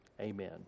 Amen